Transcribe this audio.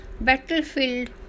Battlefield